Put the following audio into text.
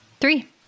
three